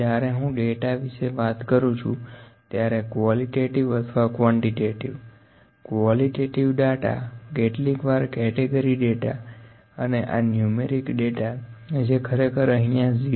જ્યારે હું ડેટા વિશે વાત કરું છું ત્યારે કવોલીટેટીવ અથવા ક્વોન્ટીટેટીવ કવોલીટેટીવ ડેટા કેટલીકવાર કેટેગરી ડેટા અને આ નુમેરિક ડેટા જે ખરેખર અહીંયા 0